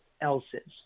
else's